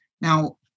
Now